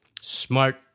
smart